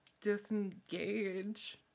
disengage